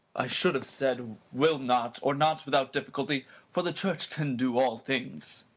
i should have said will not, or not without difficulty for the church can do all things.